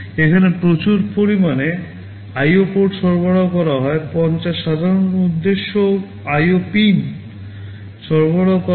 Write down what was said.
এখানে প্রচুর পরিমাণে আইও PORT সরবরাহ করা হয় 50 সাধারণ উদ্দেশ্য আইও পিন সরবরাহ করা হয়